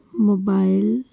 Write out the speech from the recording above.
mobile